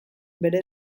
bere